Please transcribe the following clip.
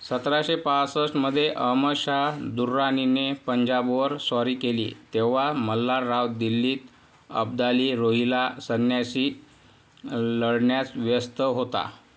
सतराशे पासष्टमध्ये अहमदशाह दुर्राणीने पंजाबवर स्वारी केली तेव्हा मल्हारराव दिल्लीत अब्दाली रोहिला सैन्याशी लढण्यात व्यस्त होता